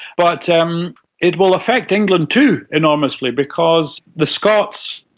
but um it will affect england too, enormously, because the scots,